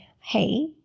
Hey